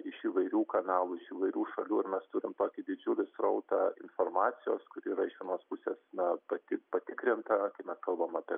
iš įvairių kanalų iš įvairių šalių ir mes turim tokį didžiulį srautą informacijos kuri yra iš vienos pusės na pati patikrinta kai mes kalbam apie